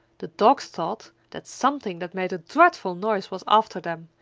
the dogs thought that something that made a dreadful noise was after them,